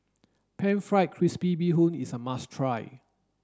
pan fried crispy bee hoon is a must try